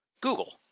Google